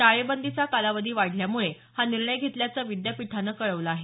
टाळेबंदीचा कालावधी वाढल्यामुळे हा निर्णय घेतल्याचं विद्यापीठानं कळवलं आहे